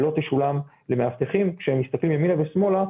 ולא תשולם למאבטחים כשהם מסתכלים ימינה ושמאלה,